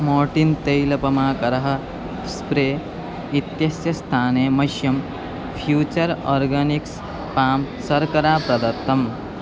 Mortein तैलपमाकरः spray इत्यस्य स्थाने मह्यं फ़्यूचर् आर्गानिक्स् पां शर्करा प्रदत्तम्